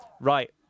Right